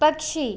पक्षी